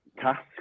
task